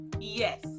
Yes